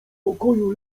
pokoju